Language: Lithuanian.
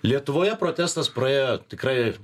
lietuvoje protestas praėjo tikrai